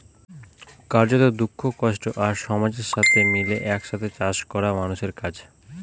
কার্যত, দুঃখ, কষ্ট আর সমাজের সাথে মিলে এক সাথে চাষ করা মানুষের কাজ